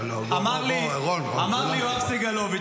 רון, רון, לא מכובד.